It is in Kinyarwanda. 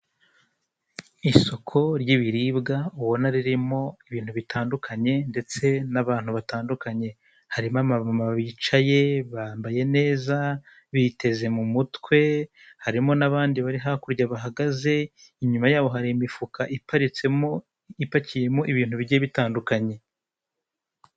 Umugore wambaye ikanzu y'amabara impande ye umusore uhetse igikapu cy'umutuku imbere yabo hari umugabo wambaye imyenda y'icyatsi kibisi, ushinzwe umutekano inyuma yabo inyubako ndende ikorerwamo ubucuruzi.